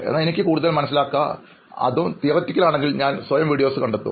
എന്നാൽ എനിക്ക് കൂടുതൽ മനസ്സിലാക്കാൻ അതും തിയററ്റിക്കൽ ആണെങ്കിൽ ഞാൻ സ്വയം വീഡിയോസ് കണ്ടെത്തും